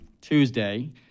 Tuesday